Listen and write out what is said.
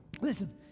Listen